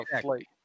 flight